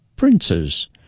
princes